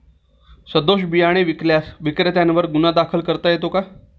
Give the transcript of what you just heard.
सदोष बियाणे विकल्यास विक्रेत्यांवर गुन्हा दाखल करता येतो का?